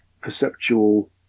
perceptual